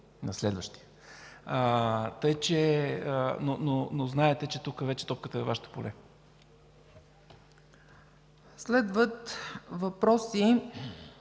Следват въпроси